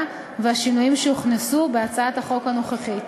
והשינויים שהוכנסו בהצעת החוק הנוכחית.